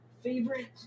favorite